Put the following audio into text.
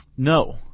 No